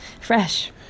fresh